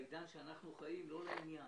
בעידן שאנחנו חיים, לא לעניין.